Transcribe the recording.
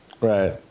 Right